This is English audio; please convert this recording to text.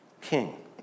king